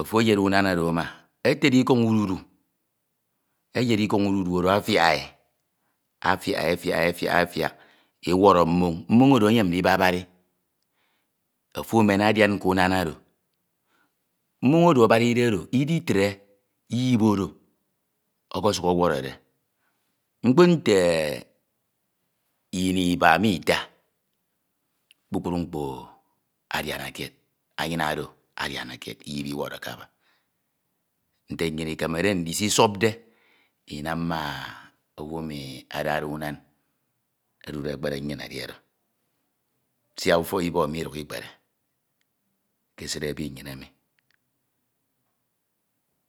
ofo eted ikọñ udedu eyed ikọñ udida oro, afiak e afiake, afiak, afiak ewọrọ mmoñ oro eyem ndibabari ofo emene adian ƙ unan oro mmoñ oro abaṅde oro, iditire iyip oro ọọsuk ọwọrọde mkpo nte ini iba me ita kpukpru mkpo adiana kied anyin oro adiana kied, iyip iwọrọke aba. Nke nnyin ikemede isisọpde inam ma owu emi adade unan odude ekpere nnyin siak ufọk ibọk midukhọ ikpere mi ke esid ebi nngin emi